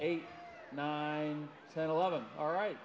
eight nine ten eleven all right